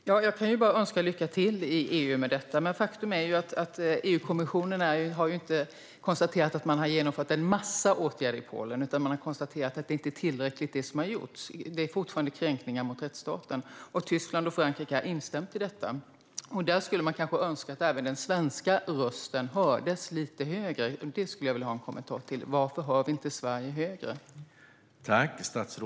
Herr talman! Jag kan bara önska lycka till med detta i EU. Men faktum är att EU-kommissionen inte har konstaterat att det har genomförts en massa åtgärder i Polen, utan man har konstaterat att det som har gjorts inte är tillräckligt. Det sker fortfarande kränkningar mot rättsstaten. Tyskland och Frankrike har instämt i detta. Där skulle man kanske önska att även den svenska rösten hördes lite högre. Det skulle jag vilja ha en kommentar till. Varför hör vi inte Sveriges röst högre?